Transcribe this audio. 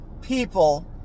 people